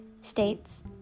states